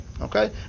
okay